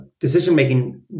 decision-making